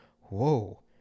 Whoa